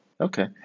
Okay